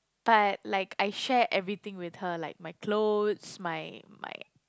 but like I share everything with her like my clothes my my